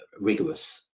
rigorous